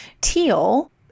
Teal